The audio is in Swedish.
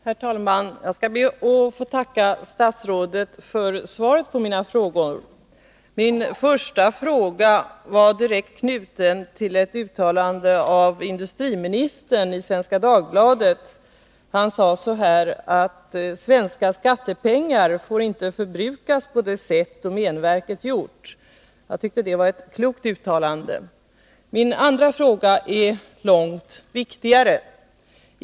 Herr talman! Jag ber att få tacka statsrådet för svaret på mina frågor. Min första fråga var direkt knuten till ett uttalande av industriministern i Svenska Dagbladet. Han sade att svenska skattepengar inte får förbrukas på det sätt som domänverket gjort. Jag tycker det var ett klokt uttalande. Min andra fråga är långt viktigare.